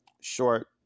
short